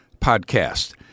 podcast